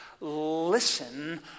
listen